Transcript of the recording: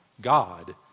God